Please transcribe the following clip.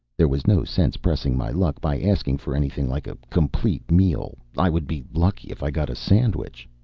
there was no sense pressing my luck by asking for anything like a complete meal. i would be lucky if i got a sandwich.